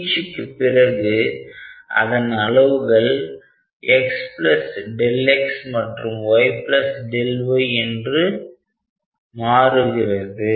நீட்சிக்கு பிறகு அதன் அளவுகள் x x மற்றும் y y என்று மாறுகிறது